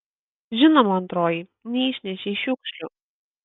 žinoma antroji neišnešei šiukšlių